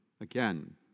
again